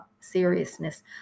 seriousness